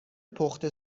پخت